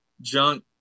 junk